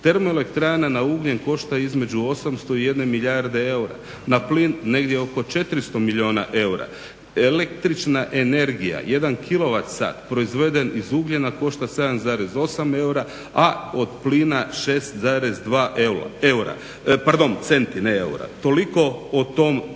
Termoelektrana na ugljen košta između 800 i 1 milijarde eura, na plin negdje oko 400 milijuna eura, električna energija jedan kilovat proizveden iz ugljena košta 7,8 eura, a od plina 6,2 centi. Toliko o tom detalju.